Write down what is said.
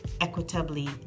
equitably